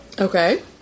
Okay